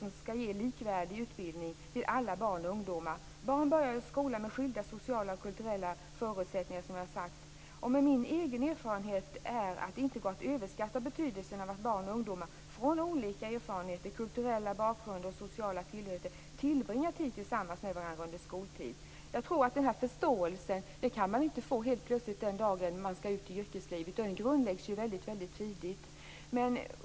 Den skall ge en likvärdig utbildning till alla barn och ungdomar. Barn börjar skolan med skilda sociala och kulturella förutsättningar, som jag har sagt. Min egen erfarenhet är att det inte går att överskatta betydelsen av att barn och ungdomar med olika erfarenheter och olika kulturella bakgrunder och sociala tillhörigheter tillbringar tid tillsammans med varandra under skoltiden. Jag tror inte att förståelse är någonting man helt plötsligt kan få den dag man skall ut i yrkeslivet. Den grundläggs väldigt tidigt.